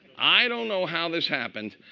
i don't know how this happened.